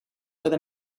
with